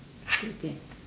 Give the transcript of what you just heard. okay